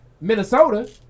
Minnesota